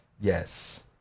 Yes